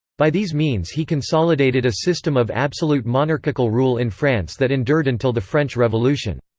by these means he consolidated a system of absolute monarchical rule in france that endured until the french revolution.